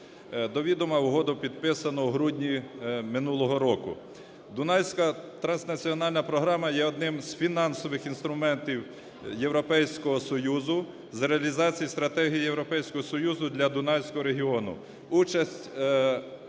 Дунайська транснаціональна програма є одним з фінансових інструментів Європейського Союзу з реалізації стратегії Європейського Союзу для Дунайського регіону,